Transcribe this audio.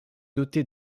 dotée